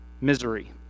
Misery